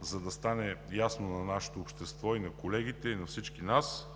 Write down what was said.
за да стане ясно на нашето общество и на колегите, и на всички нас,